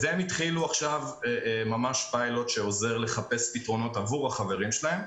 הם התחילו עכשיו פיילוט שעוזר לחפש פתרונות עבור החברים שלהם.